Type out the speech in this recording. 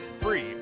free